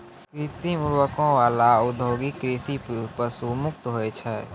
कृत्रिम उर्वरको वाला औद्योगिक कृषि पशु मुक्त होय छै